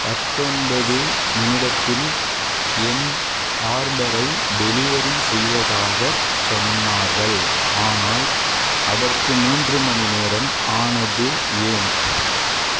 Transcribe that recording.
பத்தொன்பது நிமிடத்தில் என் ஆர்டரை டெலிவெரி செய்வதாகச் சொன்னார்கள் ஆனால் அதற்கு மூன்று மணி நேரம் ஆனதே ஏன்